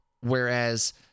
whereas